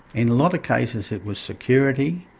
in a lot of cases it was security,